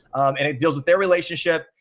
and it deals with their relationship.